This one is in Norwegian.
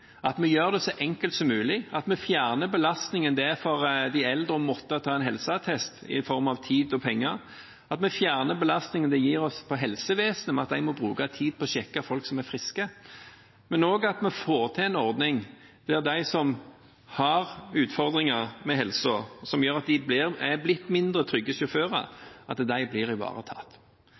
at vi gjør det så enkelt som mulig, at vi fjerner belastningen det er i form av tid og penger for de eldre å måtte få en helseattest, at vi fjerner belastningen det utgjør for helsevesenet ved at de må bruke tid på å sjekke folk som er friske, men også at vi får til en ordning der de som har utfordringer med helsen som gjør at de er blitt mindre trygge sjåfører, blir ivaretatt. Vi har allerede sendt brev til Vegdirektoratet og Helsedirektoratet om at